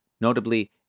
notably